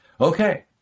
Okay